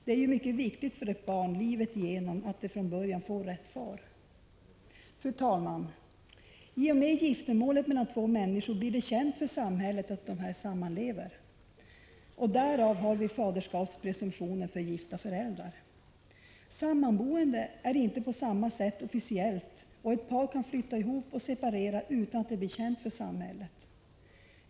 Det är mycket viktigt för ett barn, livet igenom, att det från början får rätt far. Fru talman! I och med giftermålet mellan två människor blir det känt för samhället att de sammanlever — därav faderskapspresumtionen för gifta föräldrar. Sammanboende är inte på samma sätt officiellt, och ett par kan flytta ihop och separera utan att det blir känt för samhället.